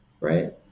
right